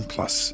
Plus